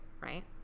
right